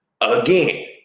Again